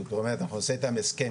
זאת אומרת אנחנו נעשה איתם הסכם,